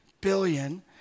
billion